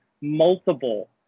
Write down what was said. multiple